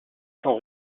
sans